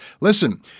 Listen